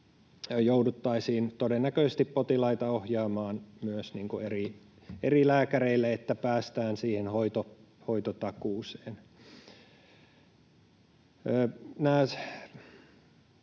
jouduttaisiin todennäköisesti potilaita ohjaamaan myös eri lääkäreille, niin että päästään siihen hoitotakuuseen.